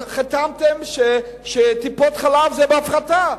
חתמתם שטיפות-חלב זה בהפחתה,